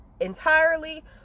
entirely